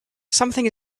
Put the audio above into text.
something